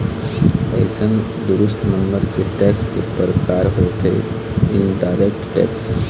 अइसने दूसर नंबर के टेक्स के परकार होथे इनडायरेक्ट टेक्स